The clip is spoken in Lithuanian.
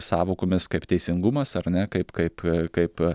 sąvokomis kaip teisingumas ar ne kaip kaip kaip